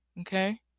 okay